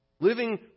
Living